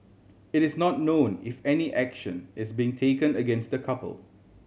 it is not known if any action is being taken against the couple